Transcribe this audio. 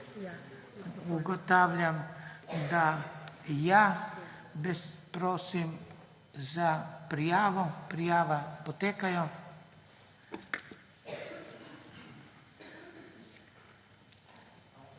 Ugotavljam, da ja. Prosim za prijavo. Prijave potekajo.